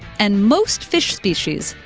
and most fish species,